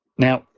now,